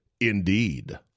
Indeed